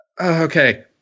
Okay